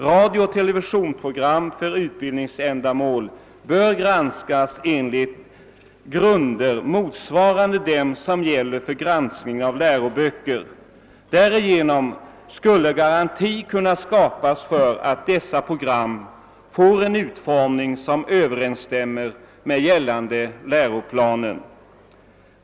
Radiooch televisionsprogram för utbildningsändamål bör granskas enligt grunder motsvarande dem som gäller för granskning av läroböcker. Därigenom skulle garanti kunna skapas för att dessa program får en utformning som överensstämmer med gällande läroplan.